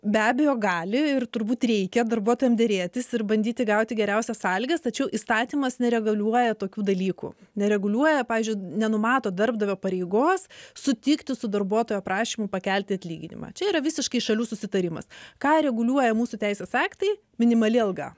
be abejo gali ir turbūt reikia darbuotojam derėtis ir bandyti gauti geriausias sąlygas tačiau įstatymas nereguliuoja tokių dalykų nereguliuoja pavyzdžiui nenumato darbdavio pareigos sutikti su darbuotojo prašymu pakelti atlyginimą čia yra visiškai šalių susitarimas ką reguliuoja mūsų teisės aktai minimali alga